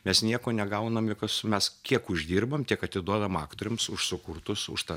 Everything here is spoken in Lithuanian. mes nieko negaunam jokios mes kiek uždirbam tiek atiduodam aktoriams už sukurtus už tą